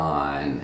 on